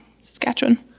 Saskatchewan